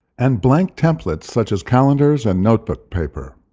and blank templates, such as calendars and notebook paper.